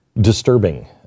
disturbing